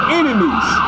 enemies